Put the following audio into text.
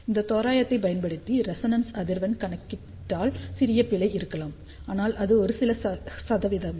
இந்த தோராயத்தைப் பயன்படுத்தி ரெசொணன்ஸ் அதிர்வெண் கணக்கிட்டால் சிறிய பிழை இருக்கலாம் ஆனால் அது ஒரு சில சதவிகிதமே